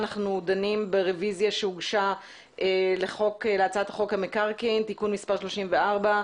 אנחנו דנים ברביזיה שהוגשה להצעת חוק המקרקעין (תיקון מס' 34)